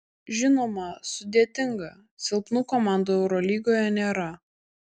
žinoma sudėtinga silpnų komandų eurolygoje nėra